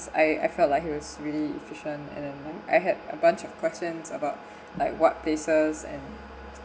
I I felt like he was really efficient and then I had a bunch of questions about like what places and